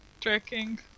tracking